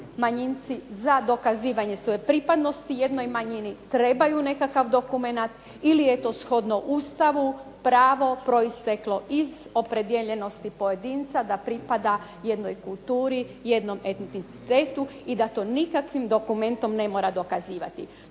manjinci za dokazivanje svoje pripadnosti jednoj manjini trebaju nekakav dokumenta ili je to shodno Ustavu pravo proisteklo iz opredijeljenosti pojedinca da pripada jednoj kulturi, jednom etnicititetu i da to nikakvim dokumentom ne mora dokazivati.